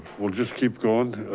we'll just keep going.